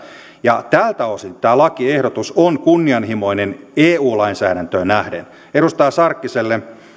ja tältä osin tämä lakiehdotus on kunnianhimoinen eu lainsäädäntöön nähden edustaja sarkkiselle